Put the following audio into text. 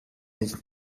nicht